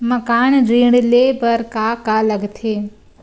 मकान ऋण ले बर का का लगथे?